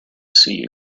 see